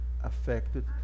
affected